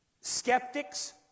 Skeptics